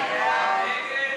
מי נגד?